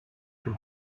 from